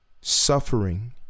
suffering